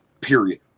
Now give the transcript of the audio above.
Period